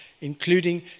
including